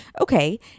Okay